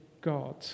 God